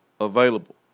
available